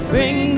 Bring